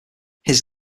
his